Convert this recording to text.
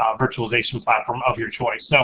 um virtualization platform of your choice. so